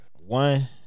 One